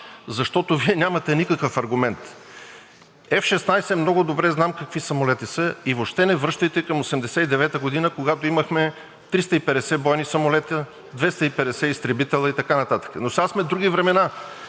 защото Вие нямате никакъв аргумент. F-16 много добре знам какви самолети са и въобще не връщайте към 1989 г., когато имахме 350 бойни самолета, 250 изтребителя и така нататък. Но сега са други времена!